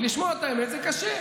כי לשמוע את האמת זה קשה.